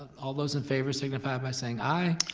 all those in favor signify by saying aye?